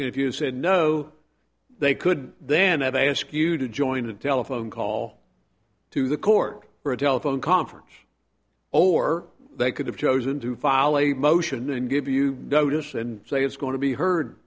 if you said no they could then have a ask you to join a telephone call to the court for a telephone conference or they could have chosen to file a motion and give you notice and say it's going to be heard